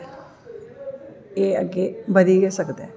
एह् अग्गें बधी गै सकदा ऐ